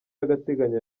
y’agateganyo